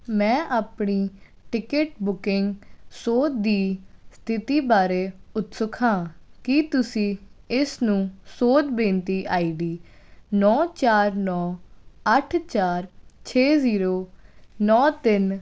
ਮੈਂ ਆਪਣੀ ticket booking ਸੋਧ ਦੀ ਸਥਿਤੀ ਬਾਰੇ ਉਤਸੁਕ ਹਾਂ ਕੀ ਤੁਸੀਂ ਇਸ ਨੂੰ ਸੋਧ ਬੇਨਤੀ ਆਈਡੀ ਨੌਂ ਚਾਰ ਨੌਂ ਅੱਠ ਚਾਰ ਛੇ ਜ਼ੀਰੋ ਨੌਂ ਤਿੰਨ